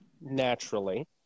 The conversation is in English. naturally